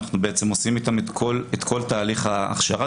אנחנו בעצם עושים איתם את כל תהליך ההכשרה,